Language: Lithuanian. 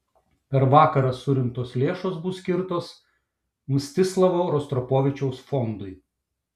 per vakarą surinktos lėšos bus skirtos mstislavo rostropovičiaus fondui